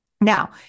Now